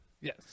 Yes